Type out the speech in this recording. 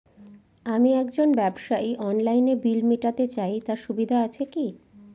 আমি একজন ব্যবসায়ী অনলাইনে বিল মিটাতে চাই তার সুবিধা আছে কি?